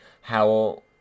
Howell